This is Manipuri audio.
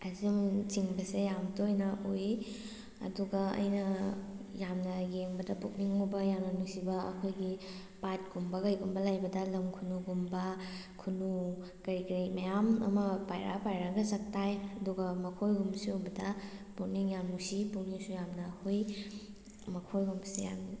ꯑꯁꯤꯅ ꯆꯤꯡꯕꯁꯦ ꯌꯥꯝ ꯇꯣꯏꯅ ꯎꯏ ꯑꯗꯨꯒ ꯑꯩꯅ ꯌꯥꯝꯅ ꯌꯦꯡꯕꯗ ꯄꯨꯛꯅꯤꯡ ꯍꯨꯕ ꯌꯥꯝꯅ ꯅꯨꯡꯁꯤꯕ ꯑꯩꯈꯣꯏꯒꯤ ꯄꯥꯠ ꯀꯨꯝꯕ ꯀꯩꯒꯨꯝꯕ ꯂꯩꯕꯗ ꯂꯝ ꯈꯨꯅꯨꯒꯨꯝꯕ ꯈꯨꯅꯨ ꯀꯔꯤ ꯀꯔꯤ ꯃꯌꯥꯝ ꯑꯃ ꯄꯥꯏꯔꯛꯑ ꯄꯥꯏꯔꯛꯑꯒ ꯆꯥꯛꯇꯥꯏ ꯑꯗꯨꯒ ꯃꯈꯣꯏ ꯒꯨꯝꯕꯁꯦ ꯎꯕꯗ ꯄꯨꯛꯅꯤꯡ ꯌꯥꯝ ꯅꯨꯡꯁꯤ ꯄꯨꯛꯅꯤꯡꯁꯨ ꯌꯥꯝꯅ ꯍꯨꯏ ꯃꯈꯣꯏꯒꯨꯝꯕꯁꯦ ꯌꯥꯝ